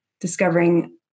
discovering